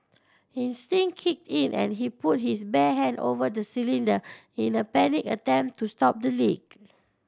instinct kicked in and he put his bare hand over the cylinder in a panicked attempt to stop the leak